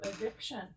addiction